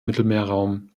mittelmeerraum